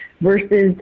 versus